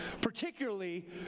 particularly